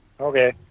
Okay